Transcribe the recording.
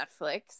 Netflix